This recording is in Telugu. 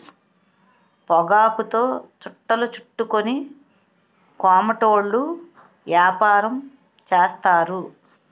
పొగాకుతో చుట్టలు చుట్టుకొని కోమటోళ్ళు యాపారం చేస్తారు